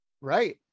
right